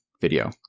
video